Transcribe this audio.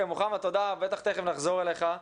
מוחמד, תודה, בטח תיכף נחזור אליך.